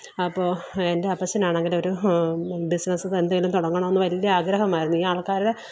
അപ്പോൾ എന്റെ അപ്പച്ചനാണെങ്കിലൊരു ബിസിനസ്സെന്നോ എന്തെങ്കിലും തുടങ്ങണം എന്ന് വലിയ ആഗ്രഹമായിരുന്നു ഈ ആള്ക്കാരുടെ